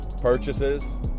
purchases